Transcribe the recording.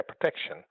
protection